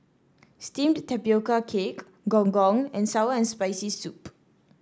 Steamed Tapioca Cake Gong Gong and Sour and Spicy Soup